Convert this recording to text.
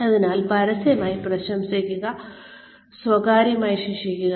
അതിനാൽ പരസ്യമായി പ്രശംസിക്കുക സ്വകാര്യമായി ശിക്ഷിക്കുക